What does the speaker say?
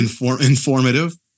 informative